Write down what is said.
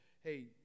Hey